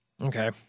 Okay